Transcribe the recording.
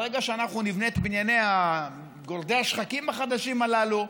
ברגע שאנחנו נבנה את גורדי השחקים החדשים הללו,